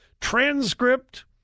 transcript